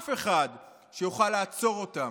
אף אחד, שיוכל לעצור אותם,